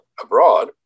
abroad